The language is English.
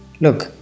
look